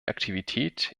aktivität